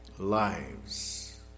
lives